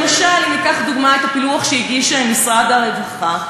למשל, ניקח לדוגמה את הפילוח שהגיש משרד הרווחה.